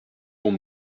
pont